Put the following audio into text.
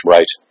Right